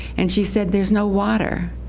and she said there's no water.